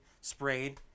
Sprayed